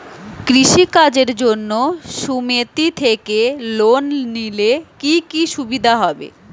কৃষি কাজের জন্য সুমেতি থেকে লোন নিলে কি কি সুবিধা হবে?